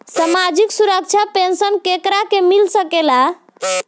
सामाजिक सुरक्षा पेंसन केकरा के मिल सकेला?